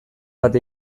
bat